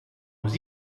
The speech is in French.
nous